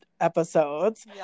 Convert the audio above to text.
episodes